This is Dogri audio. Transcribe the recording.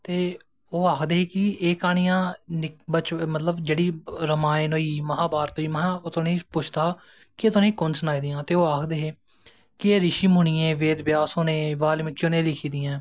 ते ओह् आखदे हे एह् क्हानियां बचपन रामायन होई महाभारत होई में उ'नें गी पुच्छदा हा के तुसेंगी कुन्न सनाई दियां ते ओह् आखदे हे कि रिशी मुनियें वेदन्यास होरें लिखी दियां न